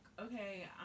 Okay